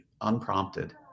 unprompted